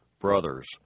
brothers